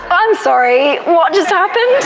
um sorry. what just happened?